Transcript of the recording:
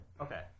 Okay